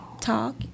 talk